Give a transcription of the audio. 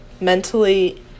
mentally